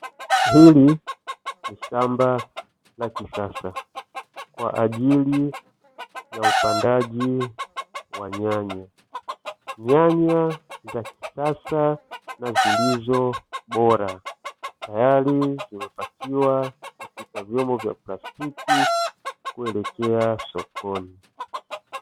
Hili ni shamba la kisasa kwa ajili ya upandaji wa nyanya, nyanya za kisasa na zilizo bora. Tayari zimepakiwa katika vyombo vya plastiki kuelekea sokoni.